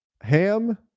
Ham